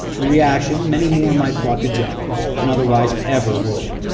in reaction, many more might flock to jones than otherwise ever would,